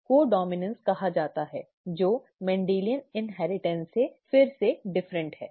इसे कोडॉम्इनॅन्स कहा जाता है जो मेंडेलियन इन्हेरिटन्स से फिर से एक अंतर है